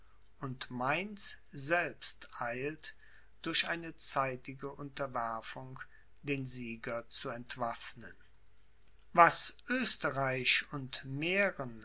und mainz selbst eilt durch eine zeitige unterwerfung den sieger zu entwaffnen was oesterreich und mähren